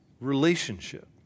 relationship